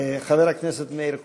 חבר הכנסת מאיר כהן.